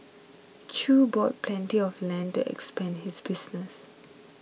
chew bought plenty of land to expand his business